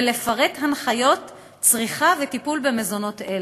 ולפרט הנחיות צריכה וטיפול במזונות אלה".